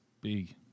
big